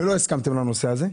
אבל לא הסכמתם לנושא הזה.